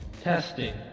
testing